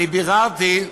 ביררתי,